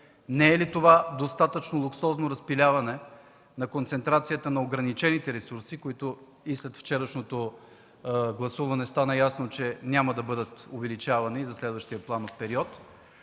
Не е ли това достатъчно луксозно разпиляване на концентрацията на ограничените ресурси? Мисля, че от вчерашното гласуване стана ясно, че няма да бъдат увеличавани за следващия планов период.